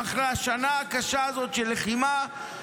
אחרי השנה הקשה הזאת של לחימה,